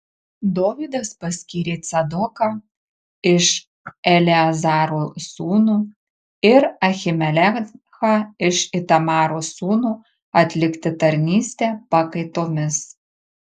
dovydas paskyrė cadoką iš eleazaro sūnų ir ahimelechą iš itamaro sūnų atlikti tarnystę pakaitomis